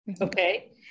Okay